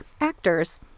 actors